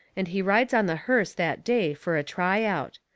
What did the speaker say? and he rides on the hearse that day fur a try-out.